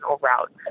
route